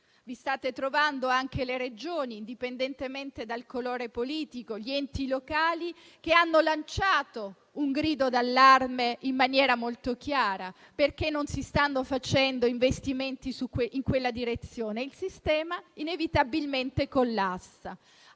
sui territori. E ora le Regioni, indipendentemente dal colore politico, e gli enti locali vi stanno lanciando un grido d'allarme in maniera molto chiara, perché non si stanno facendo investimenti in quella direzione. E il sistema inevitabilmente collassa.